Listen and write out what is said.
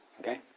Okay